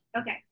okay